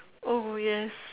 oh yes